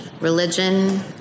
religion